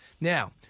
Now